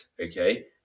okay